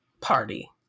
party